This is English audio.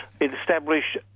establish